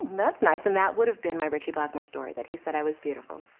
that's nice. and that would have been my ritchie blackmore story that he said i was beautiful.